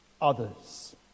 others